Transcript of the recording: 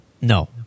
No